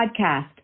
podcast